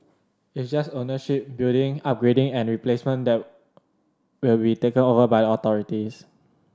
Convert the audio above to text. it's just ownership building upgrading and replacement that will be taken over by authorities